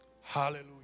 Hallelujah